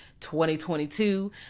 2022